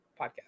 Podcast